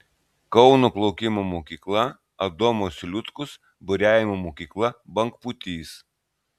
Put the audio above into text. kauno plaukimo mokykla adomas liutkus buriavimo mokykla bangpūtys